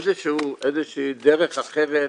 איזה שהיא דרך אחרת